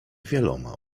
wieloma